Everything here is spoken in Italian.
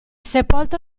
sepolto